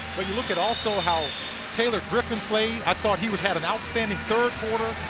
but you look at also how taylor griffin played. i thought he had an outstanding third quarter.